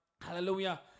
Hallelujah